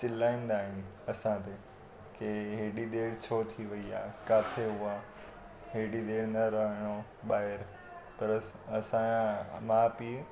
चिलाईंदा आहिनि असांते की हेॾी देरि छो थी वई आहे किथे हुआ हेॾी देरि न रहणो ॿाहिरि पर असि असांजा माउ पीउ